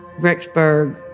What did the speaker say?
Rexburg